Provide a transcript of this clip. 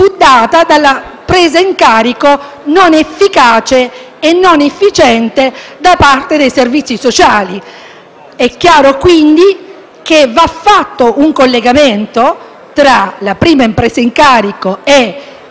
della presa in carico non efficace e non efficiente da parte dei servizi sociali. È chiaro, quindi, che va fatto un collegamento tra la prima presa in carico e